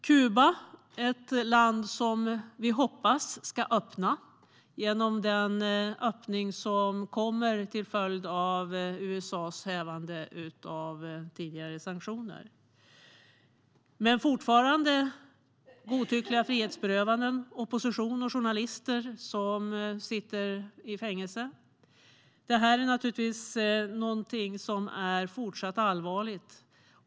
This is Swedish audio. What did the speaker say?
Kuba är ett land som vi hoppas ska öppna sig genom den öppning som kommer till följd av USA:s hävande av tidigare sanktioner. Men det sker fortfarande godtyckliga frihetsberövanden, och opposition och journalister sitter i fängelse. Det är någonting som är fortsatt allvarligt.